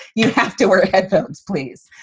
you have to wear headphones, please.